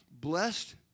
blessed